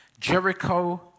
Jericho